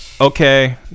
Okay